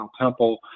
Temple